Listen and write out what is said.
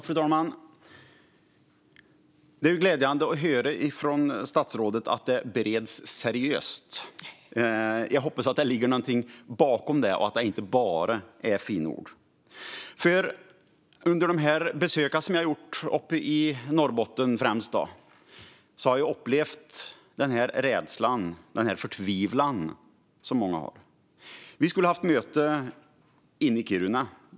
Fru talman! Det är glädjande att höra från statsrådet att detta bereds seriöst. Jag hoppas att det ligger något bakom det och att det inte bara är fina ord. Under de besök som jag har gjort, främst uppe i Norrbotten, har jag upplevt den rädsla och den förtvivlan som många känner. Vi skulle ha haft ett möte inne i Kiruna.